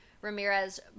ramirez